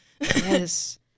Yes